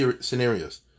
scenarios